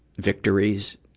victories.